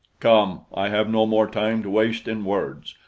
come! i have no more time to waste in words.